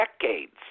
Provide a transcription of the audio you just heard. decades